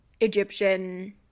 Egyptian